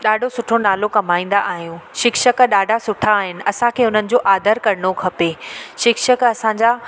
ॾाढो सुठो नालो कमाईंदा आहियूं शिक्षक ॾाढा सुठा आहिनि असांखे हुननि जो आदर करिणो खपे शिक्षक असांजा